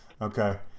okay